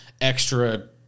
extra